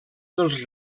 dels